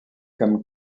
comme